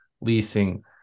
leasing